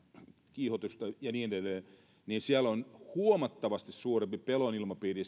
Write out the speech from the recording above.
kiihotusta ja niin edelleen on huomattavasti suurempi pelon ilmapiiri